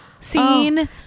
scene